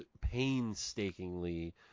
painstakingly